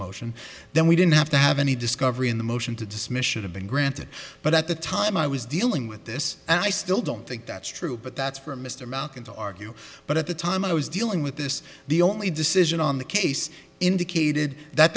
motion then we didn't have to have any discovery in the motion to dismiss should have been granted but at the time i was dealing with this and i still don't think that's true but that's for mr malcolm to argue but at the time i was dealing with this the only decision on the case indicated that